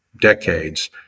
decades